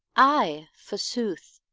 ay, forsooth.